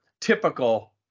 typical